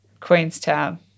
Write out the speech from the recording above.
Queenstown